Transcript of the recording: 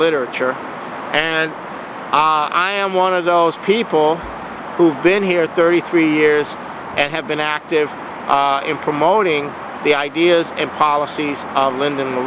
literature and i am one of those people who've been here thirty three years and have been active in promoting the ideas and policies of lyndon